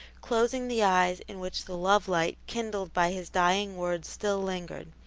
closing the eyes in which the love-light kindled by his dying words still lingered,